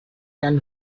can